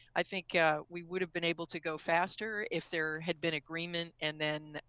i think ah we would have been able to go faster if there had been agreement and then